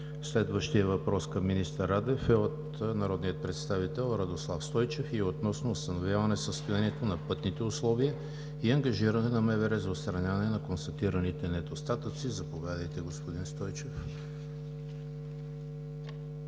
Следващият въпрос към министър Радев е от народния представител Радослав Стойчев и е относно установяване състоянието на пътните условия и ангажиране на МВР за отстраняване на констатираните недостатъци. Заповядайте, господин Стойчев.